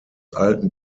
alten